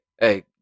hey